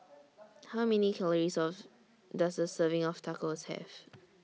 How Many Calories of Does A Serving of Tacos Have